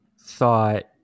thought